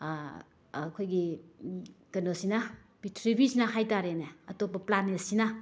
ꯑꯩꯈꯣꯏꯒꯤ ꯀꯩꯅꯣꯁꯤꯅ ꯄ꯭ꯔꯤꯊꯤꯕꯤꯁꯤꯅ ꯍꯥꯏꯇꯥꯔꯦꯅꯦ ꯑꯇꯣꯞꯄ ꯄ꯭ꯂꯥꯅꯦꯠꯁꯤꯅ